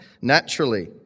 naturally